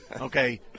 Okay